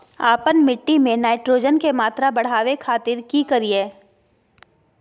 आपन मिट्टी में नाइट्रोजन के मात्रा बढ़ावे खातिर की करिय?